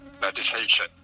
meditation